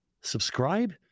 Subscribe